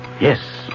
Yes